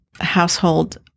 household